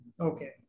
Okay